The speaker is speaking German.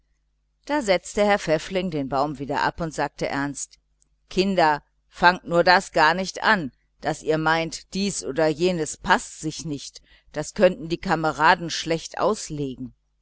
da setzte herr pfäffling den baum wieder ab und sagte sehr ernst kinder fangt nur das gar nicht an daß ihr meint dies oder jenes paßt sich nicht das könnten die kameraden schlecht auslegen